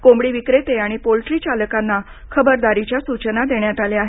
कोंबडी विक्रेते आणि पोल्ट्री चालकांना खबरदारीच्या सूचना देण्यात आल्या आहेत